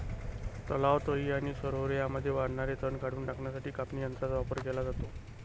तलाव, तळी आणि सरोवरे यांमध्ये वाढणारे तण काढून टाकण्यासाठी कापणी यंत्रांचा वापर केला जातो